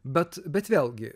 bet bet vėlgi